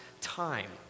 time